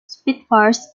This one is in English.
spitfires